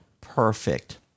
perfect